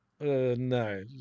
No